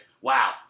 wow